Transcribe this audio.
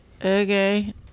okay